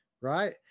right